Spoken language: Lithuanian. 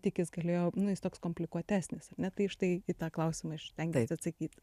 tik jis galėjo nu jis toks komplikuotesnis ar ne tai štai į tą klausimą aš ir stengiuosi atsakyti